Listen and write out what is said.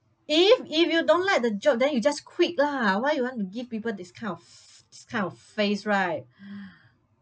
if if you don't like the job then you just quit lah why you want to give people this kind of f~ this kind of face right